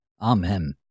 Amen